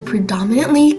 predominantly